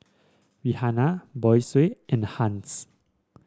Rihanna Boysie and Hans